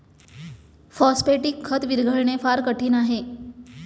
phosphatic खत विरघळणे फार कठीण आहे